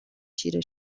چیره